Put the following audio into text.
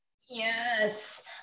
Yes